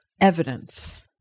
evidence